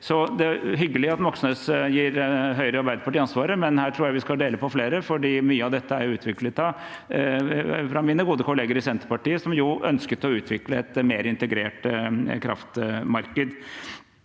Det er hyggelig at Moxnes gir Høyre og Arbeiderpartiet ansvaret, men her tror jeg vi skal dele det på flere, for mye av dette er utviklet av mine gode kollegaer i Senterpartiet, som jo ønsket å utvikle et mer integrert kraftmarked.